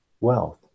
wealth